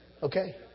Okay